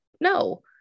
No